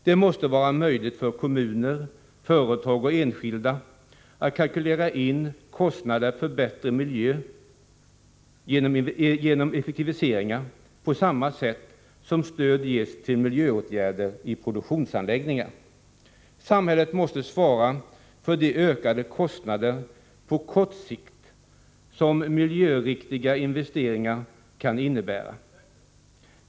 Det måste vara möjligt för kommuner, företag och enskilda att kalkylera in kostnader för bättre miljö genom effektiviseringar på samma sätt som stöd ges till miljöåtgärder i produktionsanläggningar. Samhället måste svara för de ökade kostnader på kort sikt som miljöriktiga energiinvesteringar kan innebära.